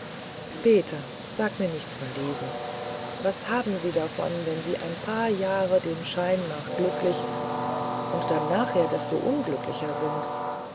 peter sag mir nichts von diesen was haben sie davon wenn sie hier ein paar jahre dem schein nach glücklich und dann nachher desto unglücklicher sind